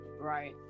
Right